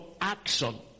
action